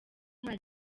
nta